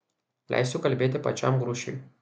leisiu kalbėti pačiam grušiui